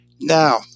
Now